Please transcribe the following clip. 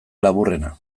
laburrena